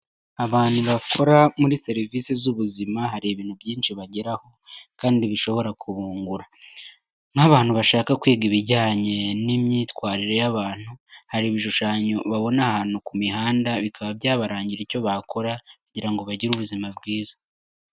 Abantu bakora muri serivise z'ubuzima hari ibintu byinshi bageraho kandi bishobora kubungura. Nk'abantu bashaka kwiga ibijyanye n'imyitwarire y'abantu hari ibishushanyo babona ahantu ku mihanda bikaba byabarangira icyo bakora kugira ngo bagire ubuzima bwiza.